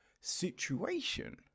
situation